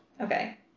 Okay